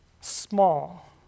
small